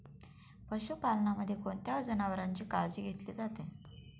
पशुपालनामध्ये कोणत्या जनावरांची काळजी घेतली जाते?